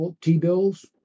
T-bills